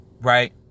Right